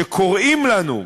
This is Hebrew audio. שקוראים לנו,